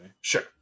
sure